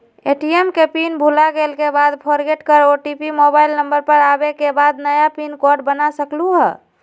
ATM के PIN भुलागेल के बाद फोरगेट कर ओ.टी.पी मोबाइल नंबर पर आवे के बाद नया पिन कोड बना सकलहु ह?